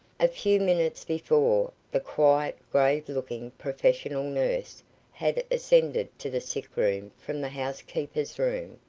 a few minutes before, the quiet, grave-looking professional nurse had ascended to the sick room from the housekeeper's room,